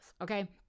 Okay